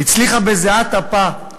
הצליחה בזיעת אפיה,